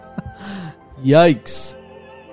Yikes